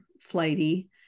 flighty